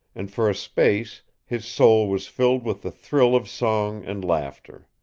and for a space his soul was filled with the thrill of song and laughter.